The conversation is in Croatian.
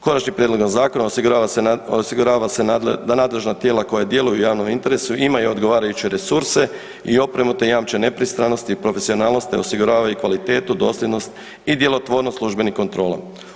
Konačnim prijedlogom zakona osigurava se da nadležna tijela koja djeluju u javnom interesu imaju odgovarajuće resurse i opremu te jamče nepristranost i profesionalnost te osiguravaju kvalitetu, dosljednost i djelotvornost službenih kontrola.